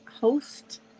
host